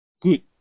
good